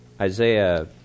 Isaiah